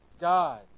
God